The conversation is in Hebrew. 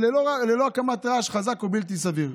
לכולכם באמת יש זכות גדולה.